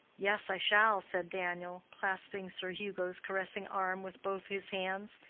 yes, i shall, said daniel, clasping sir hugo's caressing arm with both his hands.